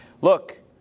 Look